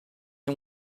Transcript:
and